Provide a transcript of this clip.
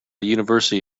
university